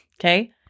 Okay